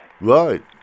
right